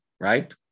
right